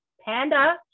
Panda